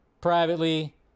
Privately